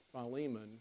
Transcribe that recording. Philemon